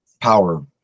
power